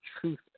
truth